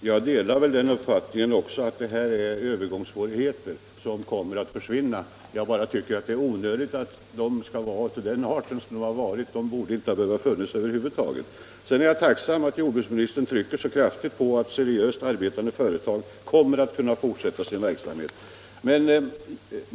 Fru talman! Jag delar uppfattningen att det här är övergångssvårigheter, som kommer att försvinna. Jag tycker bara att det är onödigt att de har varit av den arten som de har varit. Sedan är jag tacksam för att jordbruksministern trycker så kraftigt på att seriöst arbetande företag kommer att kunna fortsätta sin verksamhet.